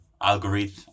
algorithm